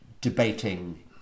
debating